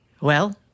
Well